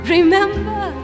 Remember